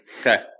Okay